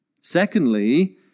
Secondly